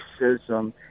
racism